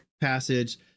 passage